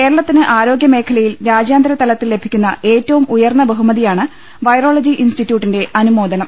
കേരളത്തിന് ആരോഗ്യമേഖലയിൽ രാജ്യാ ന്തരതലത്തിൽ ലഭിക്കുന്ന ഏറ്റവും ഉയർന്ന ബഹുമതി യാണ് വൈറോളജി ഇൻസ്റ്റിറ്റ്യൂട്ടിന്റെ അനുമോദനം